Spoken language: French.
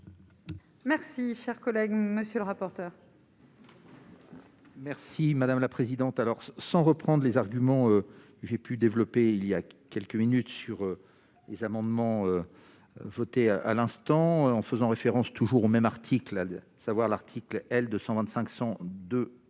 Merci, chers collègues, monsieur le rapporteur. Merci madame la présidente, alors sans reprend des arguments, j'ai pu développer il y a quelques minutes sur les amendements votés à l'instant, en faisant référence toujours au même article, à savoir la. L 225